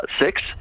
Six